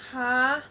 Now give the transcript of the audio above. !huh!